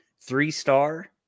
Three-star